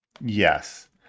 yes